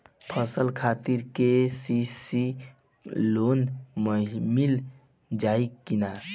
फसल खातिर के.सी.सी लोना मील जाई किना?